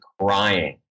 crying